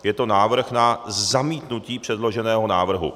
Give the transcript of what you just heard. Je to návrh na zamítnutí předloženého návrhu.